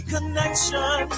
Connection